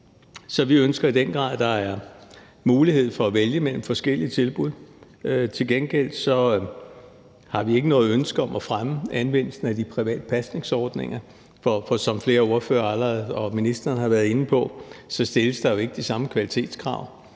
Så vi ønsker i den grad, at der er mulighed for at vælge mellem forskellige tilbud. Til gengæld har vi ikke noget ønske om at fremme anvendelsen af de private pasningsordninger, for som flere ordførere og ministeren allerede har været inde på, stilles der jo ikke de samme kvalitetskrav,